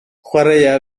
chwaraea